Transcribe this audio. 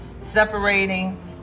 separating